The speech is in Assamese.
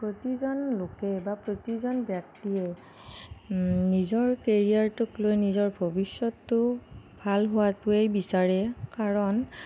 প্ৰতিজন লোকে বা প্ৰতিজন ব্যক্তিয়ে নিজৰ কেৰিয়াৰটোক লৈ নিজৰ ভৱিষ্যতটো ভাল হোৱাটোৱে বিচাৰে কাৰণ